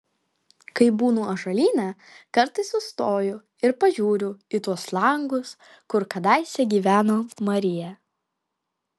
kai būnu ąžuolyne kartais sustoju ir pažiūriu į tuos langus kur kadaise gyveno marija